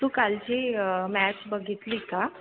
तू कालची मॅच बघितली का